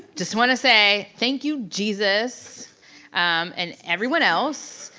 just wanna say, thank you jesus and everyone else,